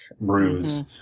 bruise